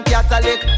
Catholic